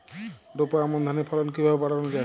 রোপা আমন ধানের ফলন কিভাবে বাড়ানো যায়?